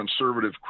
conservative